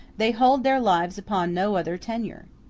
they hold their lives upon no other tenure.